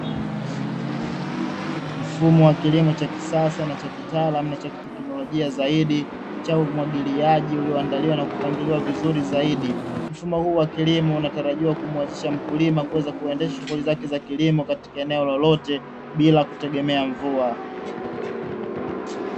Mfumo wa kilimo cha kisasa na cha kitaalamu na cha kiteknolojia zaidi, cha umwagiliaji ulioandaliwa na kupangiliwa vizuri zaidi. Mfumo huu wa kilimo unatarajiwa kumuwezesha mkulima kuweza kuendesha shughuli zake za kilimo katika eneo lolote, bila kutegemea mvua.